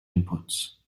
inputs